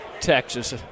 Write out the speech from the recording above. texas